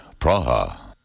Praha